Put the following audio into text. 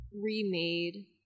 remade